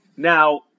Now